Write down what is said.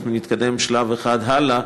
אנחנו נתקדם שלב אחד הלאה,